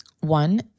One